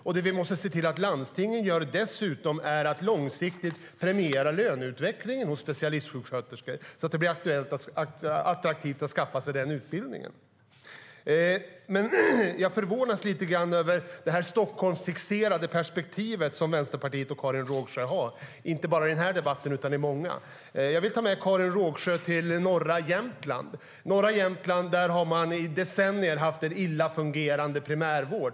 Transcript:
Vi måste också se till att landstingen långsiktigt premierar löneutvecklingen för specialistsjuksköterskor så att det blir attraktivt att skaffa sig denna utbildning. Jag förvånas lite av det Stockholmsfixerade perspektiv som Vänsterpartiet och Karin Rågsjö har - inte bara i denna debatt utan i många. Jag vill ta med Karin Rågsjö till norra Jämtland. Där har man i decennier haft en illa fungerande primärvård.